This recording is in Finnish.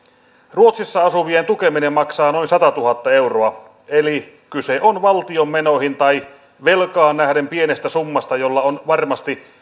ruotsissa asuvien tukeminen maksaa noin satatuhatta euroa eli kyse on valtion menoihin tai velkaan nähden pienestä summasta jolla on varmasti